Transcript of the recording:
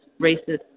racist